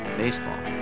baseball